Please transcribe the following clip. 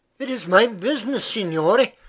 it is my business, signore.